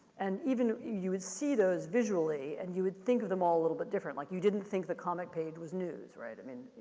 and even you would see those visually and you would think of them all a little bit different. like you didn't think the comic page was news, right. i mean,